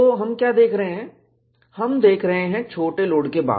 तो हम क्या देख रहे हैं हम देख रहे हैं छोटे लोड के बाद